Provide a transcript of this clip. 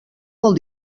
molt